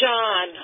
John